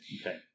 okay